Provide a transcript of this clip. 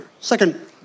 Second